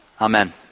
amen